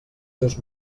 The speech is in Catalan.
seus